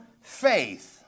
faith